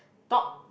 top